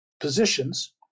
positions